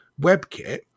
WebKit